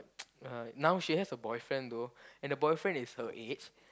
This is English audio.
uh now she has a boyfriend though and the boyfriend is her age